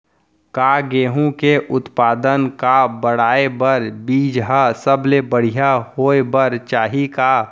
का गेहूँ के उत्पादन का बढ़ाये बर बीज ह सबले बढ़िया होय बर चाही का?